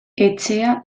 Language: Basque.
etxea